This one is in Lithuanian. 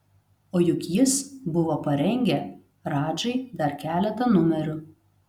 o juk jis buvo parengę radžai dar keletą numerių